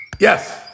Yes